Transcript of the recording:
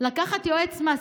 לקחת יועץ מס,